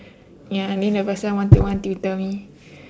ya and then the person one to one tutor me